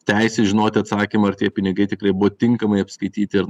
teisę žinoti atsakymą ar tie pinigai tikrai buvo tinkamai apskaityti ir